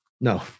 No